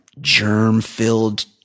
germ-filled